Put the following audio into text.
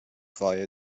via